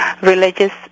religious